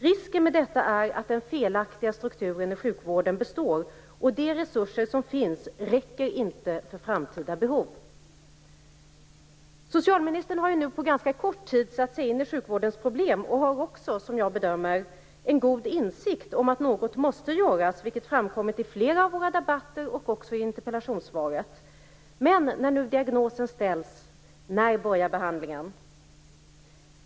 Risken med detta är att den felaktiga strukturen i sjukvården består, och de resurser som finns räcker inte för framtida behov. Socialministern har på ganska kort tid satt sig in i sjukvårdens problem och har också, som jag bedömer det, en god insikt om att något måste göras, vilket framkommit i flera av våra debatter och även i interpellationssvaret. Nu ställs diagnosen: När börjar behandlingen?